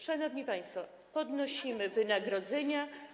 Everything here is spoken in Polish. Szanowni państwo, podnosimy wynagrodzenia.